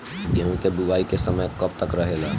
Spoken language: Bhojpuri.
गेहूँ के बुवाई के समय कब तक रहेला?